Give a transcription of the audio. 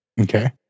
Okay